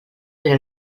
però